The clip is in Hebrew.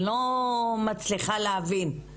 אני לא מצליחה להבין.